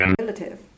relative